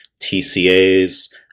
tcas